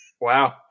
Wow